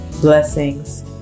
Blessings